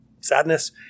sadness